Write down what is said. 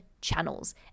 channels